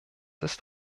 ist